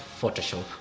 photoshop